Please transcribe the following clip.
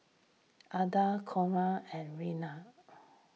Ilda Conard and Reina